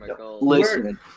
Listen